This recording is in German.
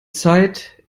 zeit